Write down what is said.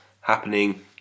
happening